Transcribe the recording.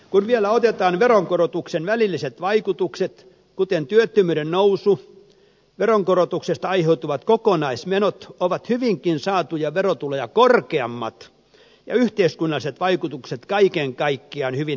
kun vielä otetaan veronkorotuksen välilliset vaikutukset kuten työttömyyden nousu veronkorotuksesta aiheutuvat kokonaismenot ovat hyvinkin saatuja verotuloja korkeammat ja yhteiskunnalliset vaikutukset kaiken kaikkiaan hyvin negatiiviset